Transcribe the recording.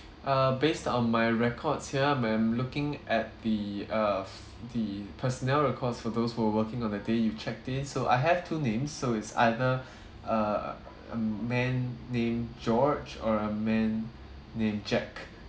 err based on my records here m~ I'm looking at the uh f~ the personnel records for those who were working on the day you checked it so I have two names so it's either err uh a man named george or a man named jack